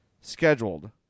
scheduled